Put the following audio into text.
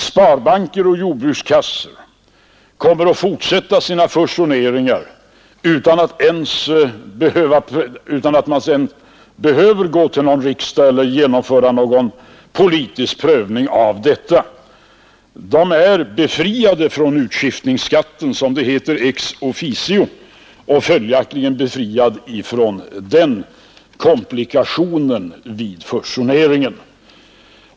Sparbanker och jordbrukskassor kommer att fortsätta sina fusioneringar utan att behöva gå till någon riksdag eller genomföra någon politisk prövning. De är befriade från utskiftningsskatten, som det heter, ex officio och följaktligen befriade från den komplikationen vid fusionering.